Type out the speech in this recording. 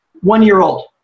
one-year-old